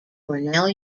cornell